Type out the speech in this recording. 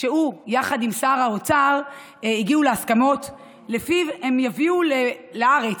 שהוא יחד עם שר האוצר הגיעו להסכמות שלפיהן הם יביאו לי לארץ,